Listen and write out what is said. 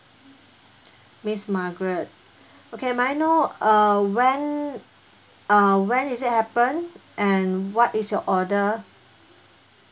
miss margaret okay may I know uh when uh when is it happen and what is your order